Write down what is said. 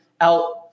out